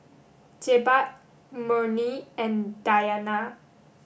Jebat Murni and Dayana